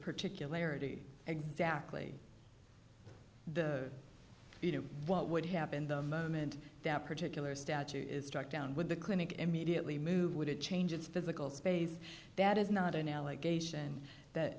particularity exactly the you know what would happen the moment that particular statute is struck down with the clinic immediately move would it change its physical space that is not an allegation that